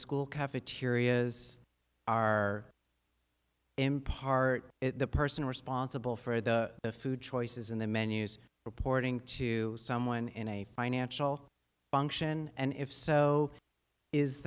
school cafeterias are in part the person responsible for the food choices in the menus reporting to someone in a financial function and if so is